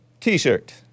t-shirt